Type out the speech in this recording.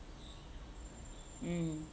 mm